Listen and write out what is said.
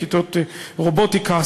כיתות רובוטיקה,